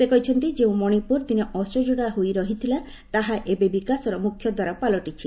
ସେ କହିଛନ୍ତି ଯେଉଁ ମଣିପୁର ଦିନେ ଅସଜଡ଼ା ହୋଇ ରହିଥିଲା ତାହା ଏବେ ବିକାଶର ମୁଖ୍ୟଦ୍ୱାର ପାଲଟିଛି